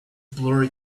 blurry